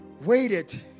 waited